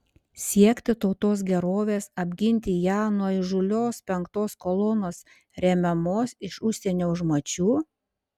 siekti tautos gerovės apginti ją nuo įžūlios penktos kolonos remiamos iš užsienio užmačių